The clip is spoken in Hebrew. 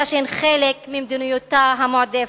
אלא שהן חלק ממדיניותה המועדפת.